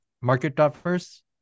market.first